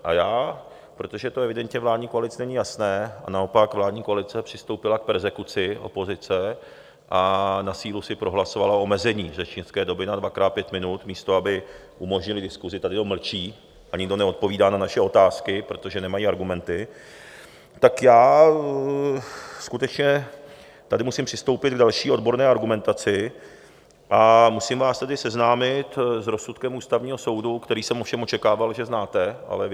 A já, protože to evidentně vládní koalici není jasné a naopak vládní koalice přistoupila k perzekuci opozice a na sílu si prohlasovala omezení řečnické doby na dvakrát pět minut, místo aby umožnili diskusi, tady jenom mlčí a nikdo neodpovídá na naše otázky, protože nemají argumenty, tak já skutečně tady musím přistoupit k další odborné argumentaci, a musím vás tedy seznámit s rozsudkem Ústavního soudu, který jsem ovšem očekával, že znáte, ale evidentně ne.